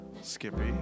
Skippy